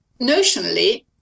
notionally